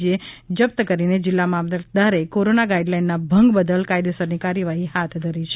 જે જપ્ત કરીને જીલ્લા મામલતદારે કોરોના ગાઈડલાઈનના ભંગ બદલ કાયદેસરની કાર્યવાહી હાથ ધરી હતી